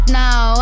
now